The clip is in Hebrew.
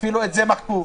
אפילו את זה מחקו.